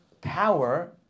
power